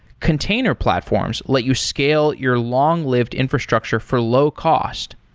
container platforms let you scale your long-lived infrastructure for low-cost.